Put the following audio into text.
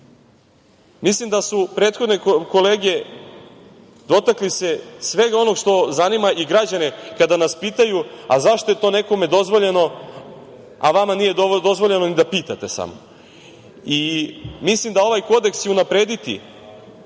da su prethodne kolege dotakli se svega onoga što zanima i građane kada nas pitaju – a zašto je to nekome dozvoljeno, a vama nije dozvoljeno ni da pitate samo. Mislim da će ovaj Kodeks unaprediti